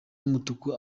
y’umutuku